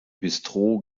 bistro